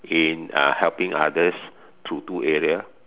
in uh helping others to do area